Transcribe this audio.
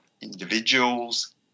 individuals